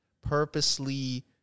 purposely